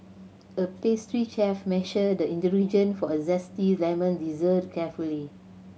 a pastry chef measured the for a zesty lemon dessert carefully